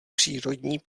přírodní